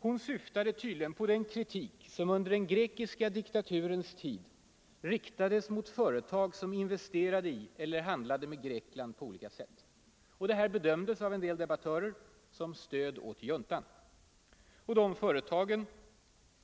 Hon syftade tydligen på den kritik som under den grekiska diktaturens tid riktades mot företag som investerade i eller handlade med Grekland på olika sätt. Detta bedömdes av en del debattörer som stöd åt juntan. Och de företagen